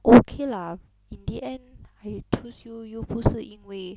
okay lah in the end I choose you 又不是因为